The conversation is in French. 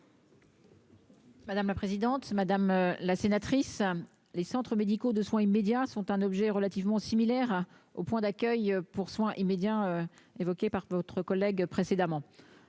Madame la présidente, madame la sénatrice les centres médicaux de soins immédiats sont un objet relativement similaire au point d'accueil pour soins immédiats évoquée par votre collègue précédemment